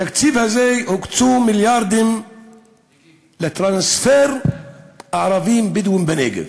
בתקציב הזה הוקצו מיליארדים לטרנספר של הערבים הבדואים בנגב.